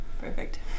Perfect